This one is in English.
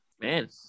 man